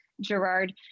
Gerard